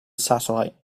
satellite